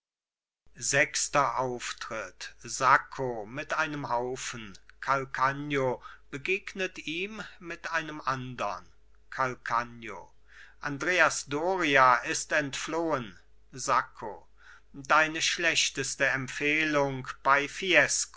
sechster auftritt sacco mit einem haufen calcagno begegnet ihm mit einem andern calcagno andreas doria ist entflohen sacco deine schlechtste empfehlung bei